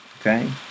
Okay